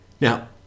Now